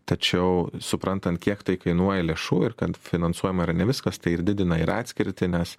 tačiau suprantant kiek tai kainuoja lėšų ir kad finansuojama yra ne viskas tai ir didina ir atskirtį nes